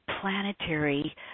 planetary